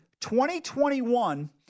2021